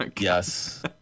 Yes